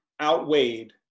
outweighed